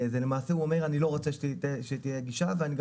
זה למעשה הוא אומר 'אני לא רוצה שתהיה גישה ואני גם